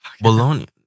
Bologna